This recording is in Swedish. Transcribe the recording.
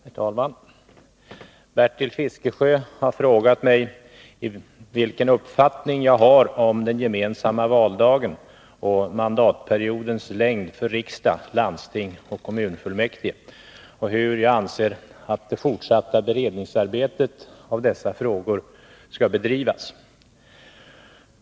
Herr talman! Bertil Fiskesjö har frågat mig vilken uppfattning jag har om den gemensamma valdagen och mandatperiodens längd för riksdag, landsting och kommunfullmäktige och hur jag anser att det forsatta arbeet med beredning av dessa frågor skall bedrivas.